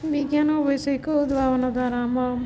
ବିଜ୍ଞାନ ବବୈଷୟିକ ଉଦ୍ଭାବନ ଦ୍ୱାରା ଆମ